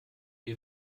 wir